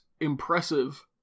impressive